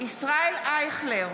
ישראל אייכלר,